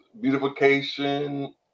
beautification